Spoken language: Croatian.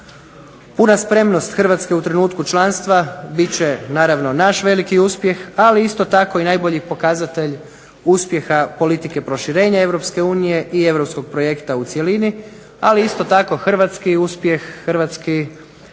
Puna spremnost Hrvatske u trenutku članstva bit će naravno naš veliki uspjeh, ali isto tako i najbolji pokazatelj uspjeha politike proširenja Europske unije i europskog projekta u cjelini, ali isto tako hrvatski uspjeh, hrvatski završetak